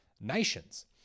nations